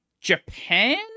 Japan